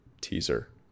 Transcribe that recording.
teaser